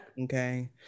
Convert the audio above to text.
Okay